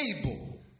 able